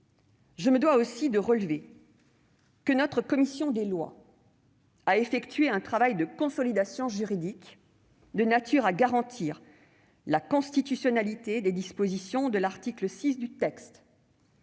je me dois aussi de relever que la commission des lois a effectué un travail de consolidation juridique de nature à garantir la constitutionnalité des dispositions de l'article 6 du texte